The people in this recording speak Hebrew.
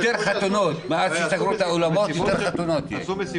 מאז שסגרו את האולמות, יותר חתונות יש.